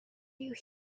you